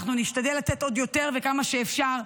נשתדל לתת עוד יותר וכמה שאפשר,